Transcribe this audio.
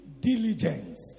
diligence